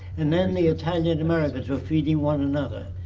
and then the italian americans were feeding one another.